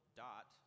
dot